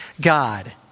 God